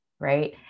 right